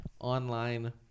online